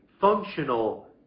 functional